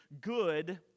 good